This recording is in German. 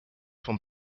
von